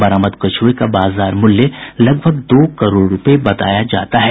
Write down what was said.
बरामद कछुए का बाजार मूल्य लगभग दो करोड़ रूपये बताया जाता है